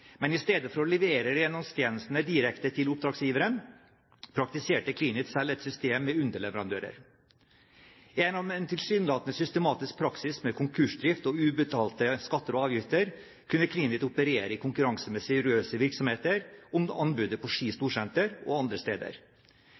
Men i stedet for å levere renholdstjenestene direkte til oppdragsgiveren, praktiserte Cleanit selv et system med underleverandører. Gjennom en tilsynelatende systematisk praksis med konkursdrift og ubetalte skatter og avgifter kunne Cleanit operere i konkurranse med seriøse virksomheter om anbudet på Ski Storsenter og også andre steder.